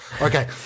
okay